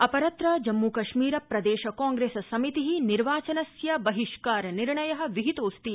अपस्त्र जम्मूकश्मीर प्रदेश कांप्रेस समिति निर्वाचनस्य बहिष्कारनिर्णय विहितोऽस्ति